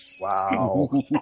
Wow